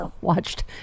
watched